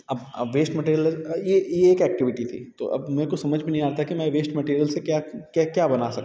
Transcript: अब अब waste material ये ये एक एक्टिविटी थी तो अब मेरे को समझ में नहीं आ रहा था कि मैं वेश्ट मैटीरियल से क्या क्या क्या बना सकता हूँ